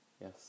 Yes